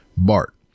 Bart